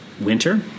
winter